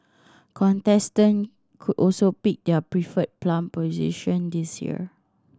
contestant could also pick their preferred palm position this year